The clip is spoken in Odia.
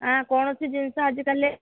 ଆଁ କୌଣସି ଜିନିଷ ଆଜିକାଲି